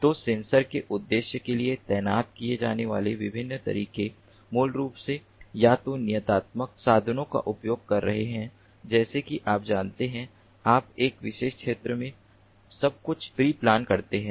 तो सेंसर के उद्देश्य के लिए तैनात किए जाने वाले विभिन्न तरीके मूल रूप से या तो नियतात्मक साधनों का उपयोग कर रहे हैं जैसे कि आप जानते हैं आप एक विशेष क्षेत्र में सब कुछ प्री प्लान करते हैं